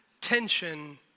tension